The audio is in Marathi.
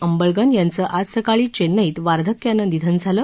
अंबळगन यांचं आज सकाळी चेन्नैत वार्धक्यानं निधन झालं